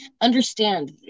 understand